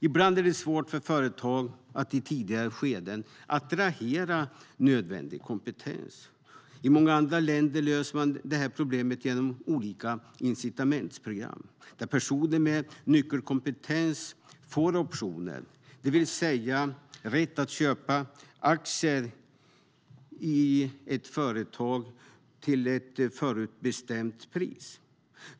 Ibland är det svårt för företagare att i tidiga skeden attrahera nödvändig kompetens. I många andra länder löser man detta problem genom olika incitamentsprogram där personer med nyckelkompetens får optioner, det vill säga rätt att köpa aktier i företaget till ett förutbestämt pris.